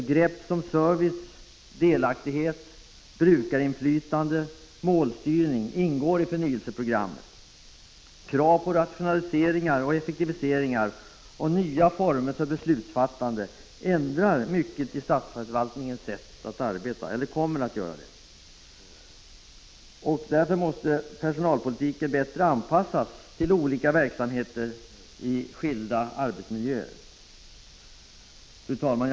Begrepp som service, delaktighet, brukarinflytande och målstyrning ingår i förnyelseprogrammet. Krav på rationalisering och effektivisering och nya former för beslutsfattande ändrar mycket i statsförvaltningens sätt att arbeta eller kommer att göra det. Därför måste personalpolitiken bättre anpassas till olika verksamheter i skilda arbetsmiljöer. Fru talman!